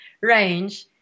range